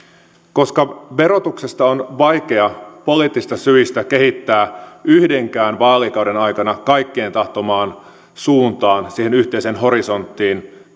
koska verotusta on vaikea poliittisista syistä kehittää yhdenkään vaalikauden aikana kaikkien tahtomaan suuntaan siihen yhteiseen horisonttiin